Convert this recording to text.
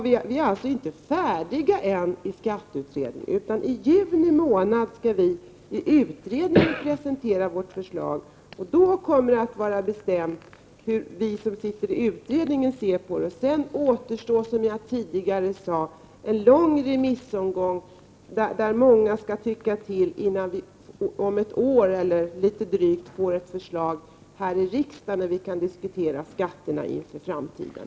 Vi är inte färdiga än i skatteutredningen. I juni skall vi i utredningen presentera vårt förslag. Då är det bestämt hur vi som sitter i utredningen ser på frågan. Sedan återstår, som jag sade tidigare, en lång remissomgång, där många skall tycka till, innan vi kanske om drygt ett år får ett förslag till riksdagen. Sedan kan vi diskutera skatterna inför framtiden.